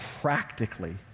practically